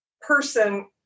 person